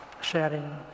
sharing